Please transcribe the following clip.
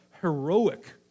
heroic